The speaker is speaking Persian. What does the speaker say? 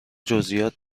جزییات